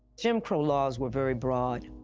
jim crow laws were very broad.